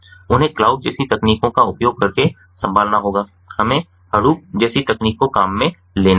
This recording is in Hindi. उन्हें क्लाउड जैसी तकनीकों का उपयोग करके संभालना होगा हमें हडूप जैसी तकनीक को काम में लेना होगा